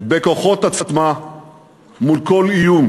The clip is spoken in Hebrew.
בכוחות עצמה מול כל איום,